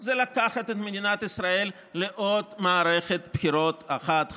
הוא לקחת את מדינת ישראל לעוד מערכת בחירות אחת,